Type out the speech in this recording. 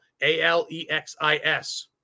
A-L-E-X-I-S